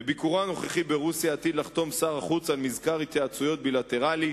בביקורו הנוכחי ברוסיה עתיד שר החוץ לחתום על מזכר התייעצויות בילטרלי,